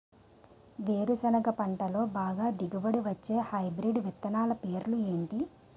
వేరుసెనగ పంటలో బాగా దిగుబడి వచ్చే హైబ్రిడ్ విత్తనాలు పేర్లు ఏంటి?